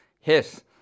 hit